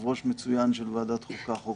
להשפיע על איזונם כך שיהיו צודקים והוגנים